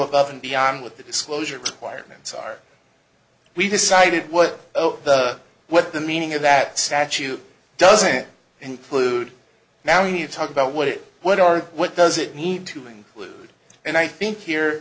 above and beyond what the disclosure requirements are we decided what the what the meaning of that statute doesn't include now you talk about what it what our what does it need to include and i think here